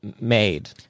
made